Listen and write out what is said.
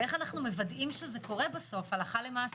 ואיך אנו מוודאים שזה קורה הלכה למעשה,